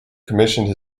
commissioned